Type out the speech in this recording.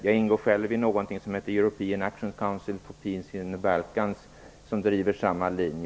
Jag ingår själv i någonting som heter European Action Council for Peace in the Balcans, som driver samma linje.